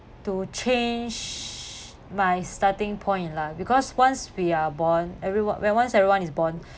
to change my starting point lah because once we are born everyone when once everyone is born